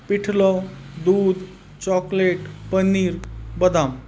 पिठलं दूध चॉकलेट पनीर बदाम